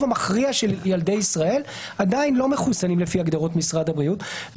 המכריע של ילדי ישראל עדיין לא מחוסנים לפי הגדרות משרד הבריאות,